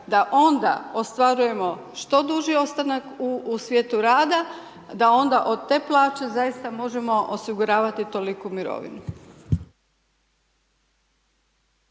da onda ostvarujemo što duži ostanak u svijetu rada, da onda od te plaće zaista možemo osiguravati toliku mirovinu.